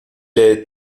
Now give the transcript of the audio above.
est